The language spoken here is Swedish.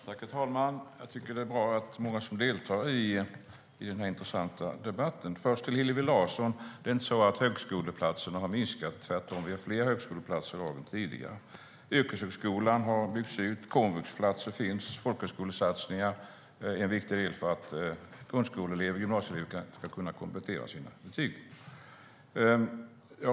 Herr talman! Jag tycker att det är bra att många deltar i denna intressanta debatt. Först ska jag vända mig till Hillevi Larsson. Antalet högskoleplatser har inte minskat. Tvärtom har vi fler högskoleplatser i dag än tidigare. Yrkeshögskolan har byggts ut, det finns komvuxplatser, och folkhögskolesatsningar är en viktig del för att grundskoleelever och gymnasieelever ska kunna komplettera sina betyg.